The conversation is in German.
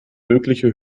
mögliche